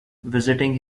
visiting